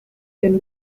can